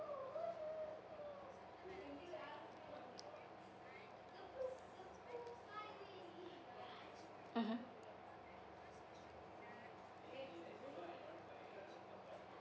mmhmm